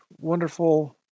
wonderful